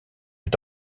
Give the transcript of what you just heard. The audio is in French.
est